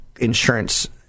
insurance